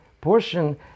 portion